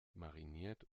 mariniert